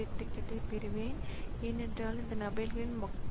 குறுக்கீடு கட்டமைப்பு குறுக்கிடப்பட்ட வழிமுறைகளின் முகவரியை சேமிக்க வேண்டும்